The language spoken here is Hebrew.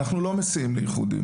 אנחנו לא מסיעים לייחודיים,